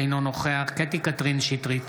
אינו נוכח קטי קטרין שטרית,